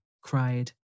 cried